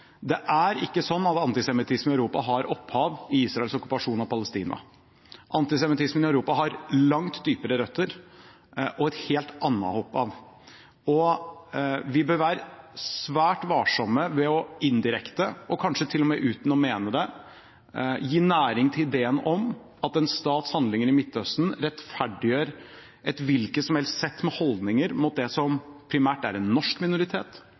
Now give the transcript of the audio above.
Det er ikke sånn at antisemittismen i Europa har opphav i Israels okkupasjon av Palestina. Antisemittismen i Europa har langt dypere røtter og et helt annet opphav. Vi bør være svært varsomme med indirekte – og kanskje til og med uten å mene det – å gi næring til ideen om at en stats handlinger i Midtøsten rettferdiggjør et hvilket som helst sett med holdninger mot det som primært er en norsk minoritet,